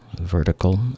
Vertical